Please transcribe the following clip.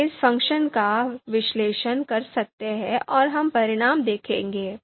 हम इस फ़ंक्शन का विश्लेषण कर सकते हैं और हम परिणाम देखेंगे